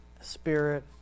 Spirit